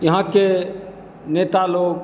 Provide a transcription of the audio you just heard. यहाँ के नेता लोग